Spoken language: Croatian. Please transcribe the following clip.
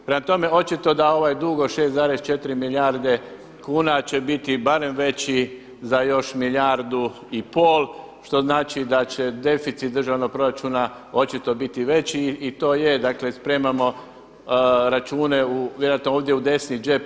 Prema tome, očito da ovaj dug od 6,4 milijarde kuna će biti barem veći za još milijardu i pol što znači da će deficit državnog proračuna očito biti veći i to je, dakle spremamo račune vjerojatno ovdje u desni džep.